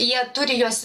jie turi juos